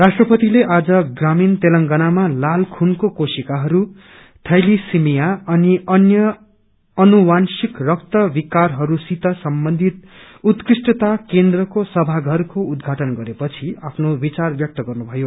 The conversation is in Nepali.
राष्ट्रपतिले आज ग्रामीण तेंलेगानामा लाल खूनको कोशिकाहरू थैलीसिमिया अनि अन्य अनुवांशिक रक्त विकारहरू सित सम्बन्धित उत्कृष्टता केनद्रको समागारको उद्घाटन गरे पछि आफ्नो विचार व्यक्त गर्नुभयो